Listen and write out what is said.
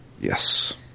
Yes